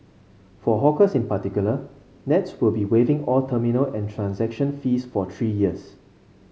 for hawkers in particular Nets will be waiving all terminal and transaction fees for three years